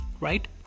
right